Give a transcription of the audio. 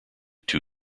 two